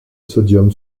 sodium